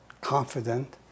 confident